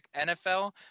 NFL